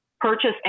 purchase